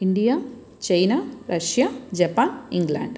India China Russia Japan England